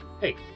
Hey